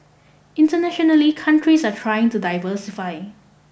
internationally countries are trying to diversify